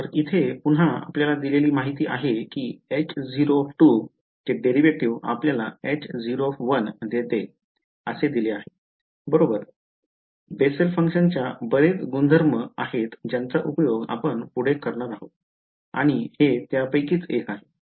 तर इथे पुन्हा आपल्याला दिलेली माहिती आहे की H0 चे derivative आपल्याला H0 देते असे दिले आहे बरोबर बेसल फंक्शन्सच्या बरेच गुणधर्म आहेत ज्यांचा उपयोग आपण पुढे करणार आहोत आणि हे त्यापैकीच एक आहे